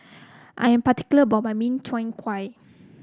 I am particular about my Min Chiang Kueh